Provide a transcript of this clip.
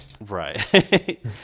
Right